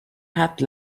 had